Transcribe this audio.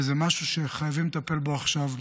וזה משהו שחייבים לטפל בו עכשיו.